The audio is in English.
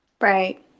right